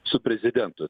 su prezidentu